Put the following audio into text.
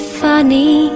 funny